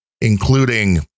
including